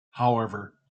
however